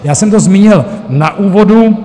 Já jsem to zmínil v úvodu.